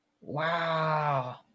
Wow